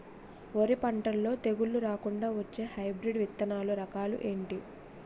వరి పంటలో తెగుళ్లు రాకుండ వచ్చే హైబ్రిడ్ విత్తనాలు రకాలు ఏంటి?